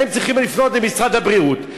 צריכים לפנות למשרד הבריאות,